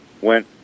Went